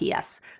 PS